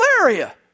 malaria